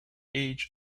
age